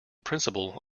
principle